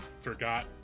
forgot